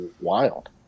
wild